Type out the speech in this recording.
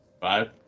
five